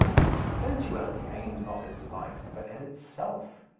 sensuality aims not at life, but at itself.